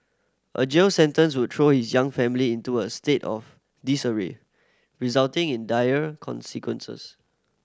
a jail sentence would throw his young family into a state of disarray resulting in dire consequences